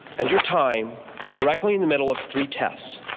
and your time directly in the middle of three tess.